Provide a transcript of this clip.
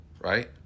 Right